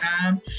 time